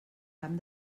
camp